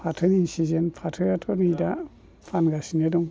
फाथोनि सिजेन फाथोआथ' दा फानगासिनो दं